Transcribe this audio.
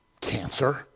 cancer